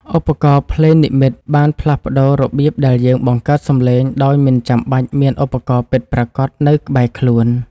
ឧបករណ៍ភ្លេងនិម្មិតបានផ្លាស់ប្តូររបៀបដែលយើងបង្កើតសំឡេងដោយមិនចាំបាច់មានឧបករណ៍ពិតប្រាកដនៅក្បែរខ្លួន។